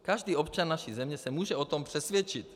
Každý občan naší země se může o tom přesvědčit.